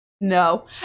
no